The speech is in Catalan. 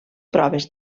proves